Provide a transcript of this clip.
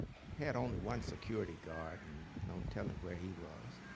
had only one security guard. and no telling where he was.